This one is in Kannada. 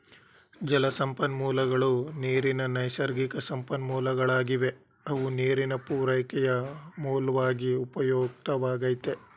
ಜಲಸಂಪನ್ಮೂಲಗಳು ನೀರಿನ ನೈಸರ್ಗಿಕಸಂಪನ್ಮೂಲಗಳಾಗಿವೆ ಅವು ನೀರಿನ ಪೂರೈಕೆಯ ಮೂಲ್ವಾಗಿ ಉಪಯುಕ್ತವಾಗೈತೆ